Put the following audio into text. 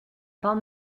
pas